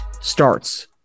starts